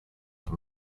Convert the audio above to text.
from